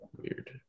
weird